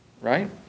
Right